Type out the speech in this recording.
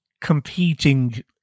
competing